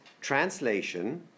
translation